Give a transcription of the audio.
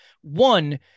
One